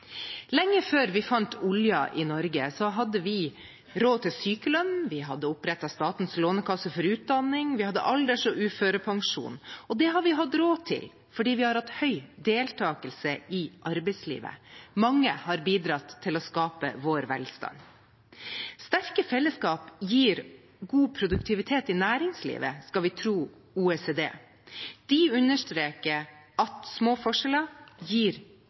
Lenge før vi fant olje i Norge, hadde vi råd til sykelønn, vi hadde opprettet Statens lånekasse for utdanning, vi hadde alders- og uførepensjon. Det har vi hatt råd til fordi vi har hatt høy deltakelse i arbeidslivet. Mange har bidratt til å skape vår velstand. Sterke fellesskap gir god produktivitet i næringslivet, skal vi tro OECD. De understreker at små forskjeller gir